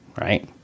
right